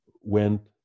went